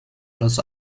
alles